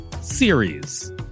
series